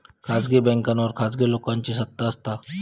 खासगी बॅन्कांवर खासगी लोकांची सत्ता असता